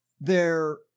they're-